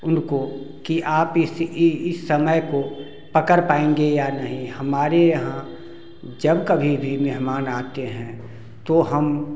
उनको की आप इस इस समय को पकड़ पाएँगे या नहीं हमारे यहाँ जब कभी भी मेहमान आते हैं तो हम